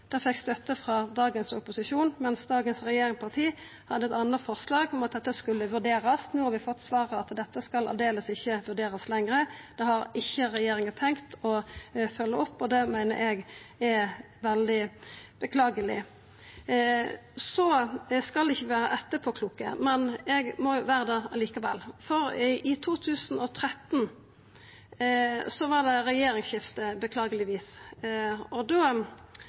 Det fekk støtte frå dagens opposisjon, mens dagens regjeringsparti hadde eit anna forslag, at dette skulle vurderast. No har vi fått svaret: Dette skal aldeles ikkje vurderast lenger – det har ikkje regjeringa tenkt å følgja opp. Det meiner eg er veldig beklageleg. Så skal vi ikkje vera etterpåkloke, men eg må vera det likevel. For i 2013 var det regjeringsskifte, beklagelegvis.